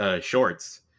shorts